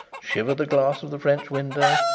shiver the glass of the french window,